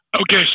Okay